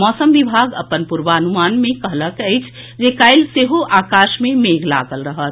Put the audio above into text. मौसम विभाग अपन पूर्वानुमान मे कहलक अछि जे काल्हि सेहो आकाश मे मेघ लागल रहत